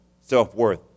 self-worth